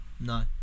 no